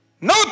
No